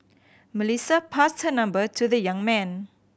Melissa passed her number to the young man